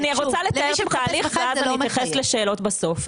אני רוצה לתאר את התהליך ואז אני אתייחס לשאלות בסוף.